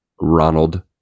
Ronald